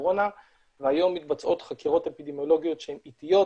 הקורונה והיום מתבצעות חקירות אפידמיולוגיות שהן איטיות